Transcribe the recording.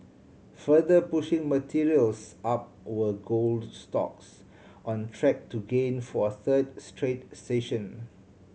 further pushing materials up were gold stocks on track to gain for a third straight session